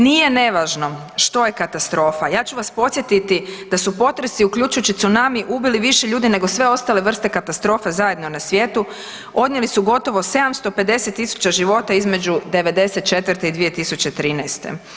Nije nevažno što je katastrofa, ja ću vas podsjetiti da su potresi uključujući tsunami ubili više ljudi nego sve ostale vrste katastrofa zajedno na svijetu, odnijeli su gotovo 750.000 života između '94. i 2013.